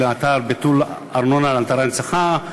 פטור מארנונה על אתרי הנצחה: